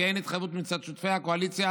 כי אין התחייבות מצד שותפי הקואליציה